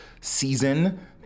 season